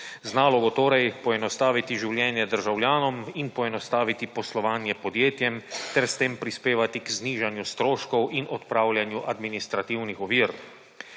Znalo bo torej poenostaviti življenja državljanom in poenostaviti poslovanje podjetjem ter s tem prispevati k znižanju stroškov in odpravljanju administrativnih ovir.